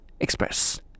express